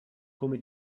come